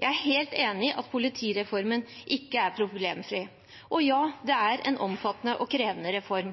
Jeg er helt enig i at politireformen ikke er problemfri, og ja, det er en omfattende og krevende reform.